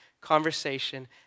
conversation